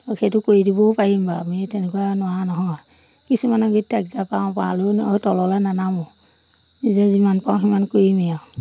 আৰু সেইটো কৰি দিবও পাৰিম বাৰু আমি তেনেকুৱা নোৱাৰা নহয় কিছুমান তললৈ নানামো নিজে যিমান পাৰো সিমান কৰিমেই আৰো